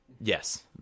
Yes